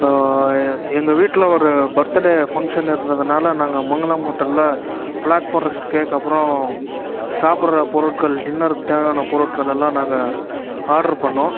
எங்கள் வீட்டில் ஒரு பர்த்து டே ஃபங்ஷன் இருந்ததுனால் நாங்கள் மங்களம் ஹோட்டலில் ப்ளாக் ஃபாரஸ்ட் கேக் அப்புறம் சாப்பிட்ற பொருட்கள் டின்னருக்கு தேவையான பொருட்கள் எல்லாம் நாங்கள் ஆர்டரு பண்ணிணோம்